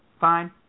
Fine